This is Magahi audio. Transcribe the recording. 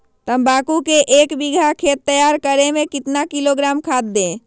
तम्बाकू के एक बीघा खेत तैयार करें मे कितना किलोग्राम खाद दे?